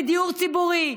מדיור ציבורי.